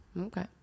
okay